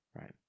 right